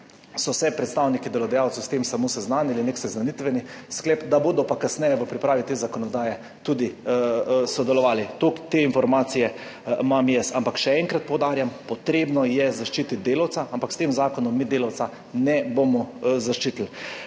so se predstavniki delodajalcev s tem samo seznanili, nek seznanitveni sklep, da bodo pa kasneje v pripravi te zakonodaje tudi sodelovali. Te informacije imam jaz. Ampak še enkrat poudarjam, treba je zaščititi delavca, ampak s tem zakonom mi delavca ne bomo zaščitili.